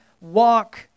walk